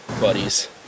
buddies